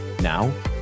now